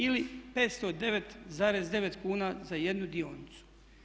Ili 509,9 kuna za jednu dionicu.